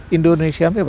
Indonesia